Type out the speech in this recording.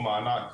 כמו מענק,